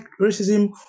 racism